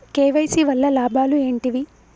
KYC వల్ల లాభాలు ఏంటివి?